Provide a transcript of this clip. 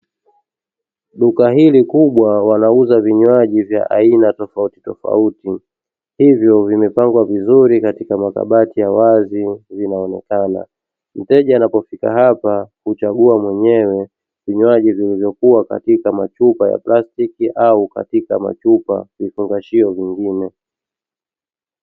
Duka hili kubwa linauza vinywaji vya aina tofautitofauti, hivyo vimepangwa vizuri katika makabati ya wazi, vinaonekana. Mteja anapofika hapa huchagua mwenyewe vinywaji vilivyo katika plastiki, au vinywaji vilivyo katika vifungashio vingine.